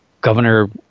governor